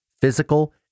physical